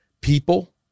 People